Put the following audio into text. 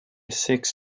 six